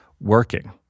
working